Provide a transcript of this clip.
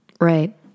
right